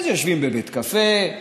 אחרי זה יושבים בבית קפה,